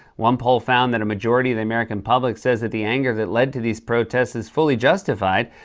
one poll found that a majority of the american public says that the anger that led to these protests is fully justified.